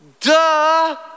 Duh